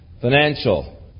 Financial